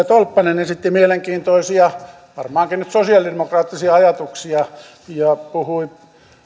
tolppanen esitti mielenkiintoisia varmaankin nyt sosialidemokraattisia ajatuksia ja puhui